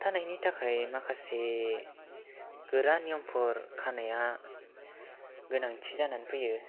होबथानायनि थाखाय माखासे गोरा नियमफोर खानाया गोनांथि जानानै फैयो